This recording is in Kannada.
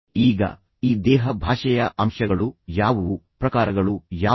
ಈಗ ಈ ದೇಹ ಭಾಷೆಯ ಅಂಶಗಳು ಯಾವುವು ಪ್ರಕಾರಗಳು ಯಾವುವು